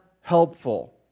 helpful